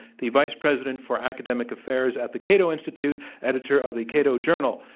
the vice president for academic affairs at the cato institute, editor of the cato journal,